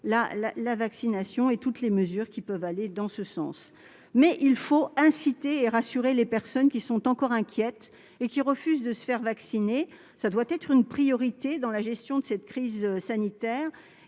la vaccination et toutes les mesures qui peuvent aller dans ce sens, mais il faut inciter et rassurer les personnes qui sont encore inquiètes et qui refusent de se faire vacciner. Cela doit être une priorité dans la gestion de la crise sanitaire.